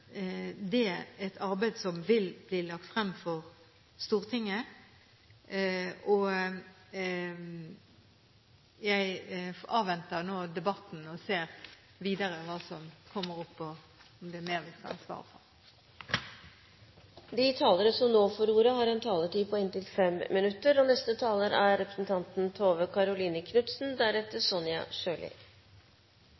det et arbeid som vil bli lagt frem for Stortinget. Jeg avventer nå debatten og ser videre hva som kommer opp, og om det er mer vi skal svare på. Representanten Høie peker i denne interpellasjonen på at bioteknologiloven kapittel 5 setter rammer for genetiske undersøkelser av mennesker, og